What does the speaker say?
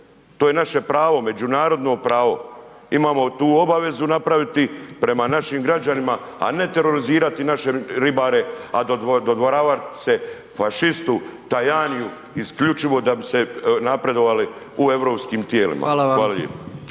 To je naše pravo, međunarodno pravo, imamo tu obavezu napraviti prema našim građanima, a ne terorizirati naše ribare, a dodvoravati se fašistu Tajaniu isključivo da bi se napredovali u europskim tijelima. Hvala